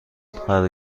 قرار